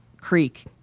creek